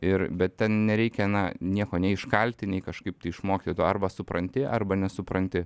ir bet ten nereikia na nieko nei iškalti nei kažkaip tai išmokti arba supranti arba nesupranti